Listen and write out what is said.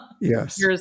Yes